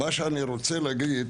מה שאני רוצה להגיד